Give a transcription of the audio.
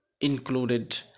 included